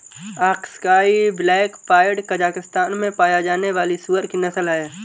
Aksai black pied Kazakhstan में पाया जाने वाली सूअर की नस्ल है